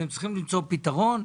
אתם צריכים למצוא פתרון.